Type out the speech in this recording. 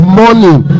morning